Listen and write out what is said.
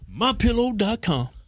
MyPillow.com